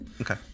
okay